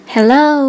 Hello